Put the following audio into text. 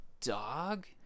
dog